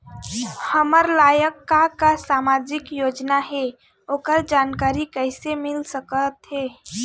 हमर लायक का का सामाजिक योजना हे, ओकर जानकारी कइसे मील सकत हे?